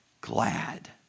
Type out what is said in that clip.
glad